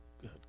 Good